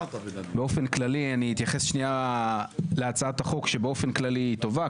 באופן כללי אני אתייחס שנייה להצעת החוק שבאופן כללי היא טובה.